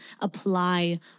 apply